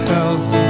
else